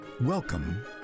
Welcome